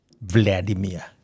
Vladimir